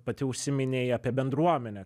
pati užsiminei apie bendruomenę